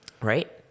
Right